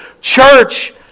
Church